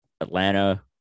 Atlanta